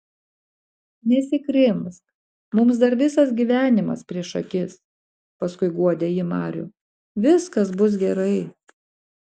nesikrimsk mums dar visas gyvenimas prieš akis paskui guodė ji marių viskas bus gerai